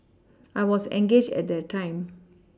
I was engaged at that time